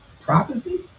prophecy